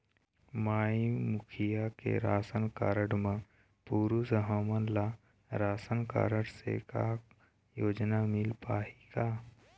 माई मुखिया के ration card म पुरुष हमन ला रासनकारड से का योजना मिल पाही का?